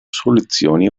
soluzioni